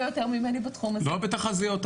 יותר ממני בתחום הזה --- לא בתחזיות,